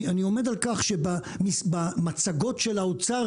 אני עומד על כך שבמצגות של האוצר